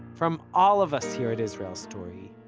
from all of us here at israel story,